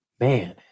man